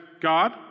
God